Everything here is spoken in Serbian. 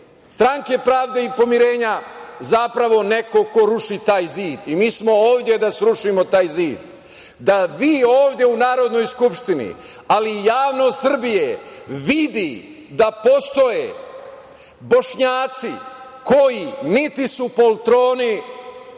Stranke pravde i pomirenja zapravo neko ko ruši taj zid i mi smo ovde da srušimo taj zid. Da vi ovde u Narodnoj skupštini, ali i javnost Srbije vidi da postoje Bošnjaci koji niti su poltroni